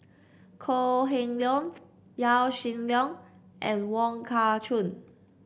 Kok Heng Leun Yaw Shin Leong and Wong Kah Chun